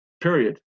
period